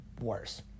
worse